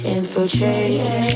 Infiltrate